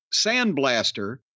sandblaster